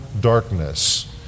darkness